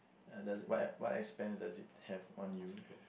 does what what expense does it have on you though